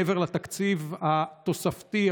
מעבר לתקציב התוספתי,